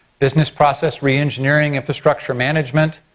business process reengineering, infrastructure management.